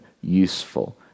useful